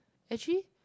actually